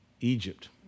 Egypt